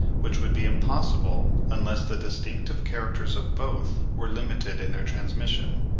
which would be impossible unless the distinctive characters of both were limited in their transmission.